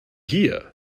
hier